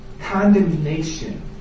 condemnation